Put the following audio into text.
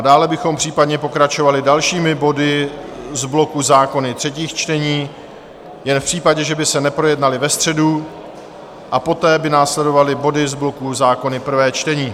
Dále bychom případně pokračovali dalšími body z bloku zákony třetí čtení jen v případě, že by se neprojednaly ve středu, a poté by následovaly body z bloku zákony prvé čtení.